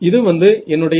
இது வந்து என்னுடைய